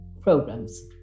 programs